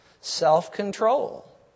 self-control